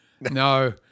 No